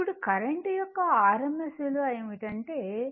ఇప్పుడు కరెంట్ యొక్క rms విలువ ఏమిటంటే I